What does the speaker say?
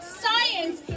science